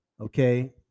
okay